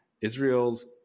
Israel's